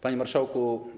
Panie Marszałku!